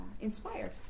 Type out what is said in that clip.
inspired